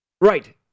Right